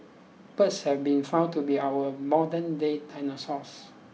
birds have been found to be our modernday dinosaurs